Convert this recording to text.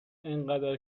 انقدر